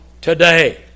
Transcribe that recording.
today